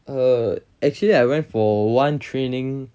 uh err actually I went for one training